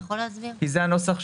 תחשבו על זה,